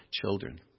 children